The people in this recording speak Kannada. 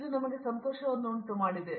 ಇದು ನಮಗೆ ಸಂತೋಷವನ್ನುಂಟುಮಾಡುತ್ತದೆ